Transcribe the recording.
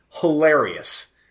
hilarious